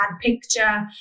picture